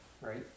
right